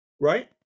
right